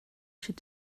should